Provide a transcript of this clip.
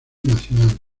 nacional